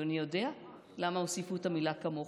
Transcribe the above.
אדוני יודע למה הוסיפו את המילה "כמוך"?